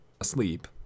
asleep